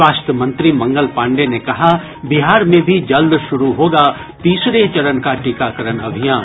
स्वास्थ्य मंत्री मंगल पांडेय ने कहा बिहार में भी जल्द शुरू होगा तीसरे चरण का टीकाकरण अभियान